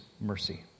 mercy